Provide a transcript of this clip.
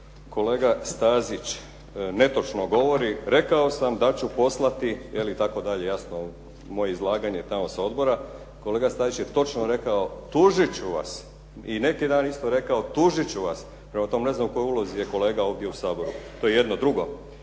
kolega Stazić netočno govori. Rekao sam da ću poslati, je li itd. jasno moje izlaganje tamo sa odbora. Kolega Stazić je točno rekao tužit ću vas. I neki dan je isto rekao tužit ćemo vas. Prema tome, ne znam u kojoj ulozi je kolega ovdje u Saboru. To je jedno. Drugo,